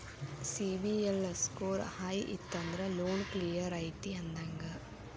CIBIL score high ಇತ್ತಂದ್ರ loan clear ಐತಿ ಅಂದಂಗ